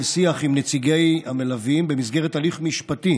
שיח עם נציגי המלווים במסגרת הליך משפטי